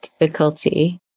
difficulty